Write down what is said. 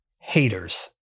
haters